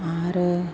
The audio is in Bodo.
आरो